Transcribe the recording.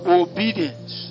obedience